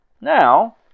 now